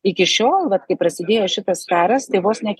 iki šiol vat kai prasidėjo šitas karas tai vos ne